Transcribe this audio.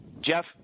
Jeff